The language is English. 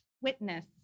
witness